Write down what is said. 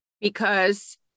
Because-